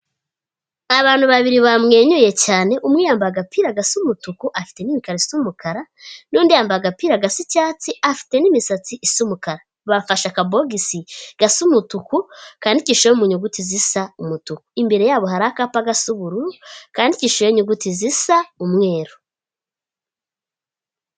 Abantu babiri bamwenyuye cyane umwe yambaye agapira gasa umutuku afite n'imikara isa umukara, n'undi yambaye agapira gasa icyatsi afite n'imisatsi isa umukara. Bafashe akabogisi gasa umutuku kandikisheho mu nyuguti zisa umutuku. Imbere yabo hari akapa gasa ubururu kandikisheho inyuguti zisa umweru.